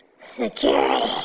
Security